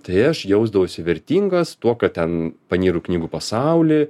tai aš jausdavausi vertingas tuo kad ten panyru knygų pasauly